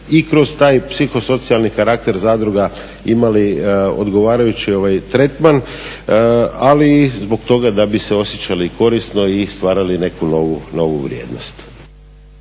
i kroz taj psihosocijalni karakter zadruga imali odgovarajući tretman li i zbog toga da bi se osjećali korisno i stvarali neku novu vrijednost.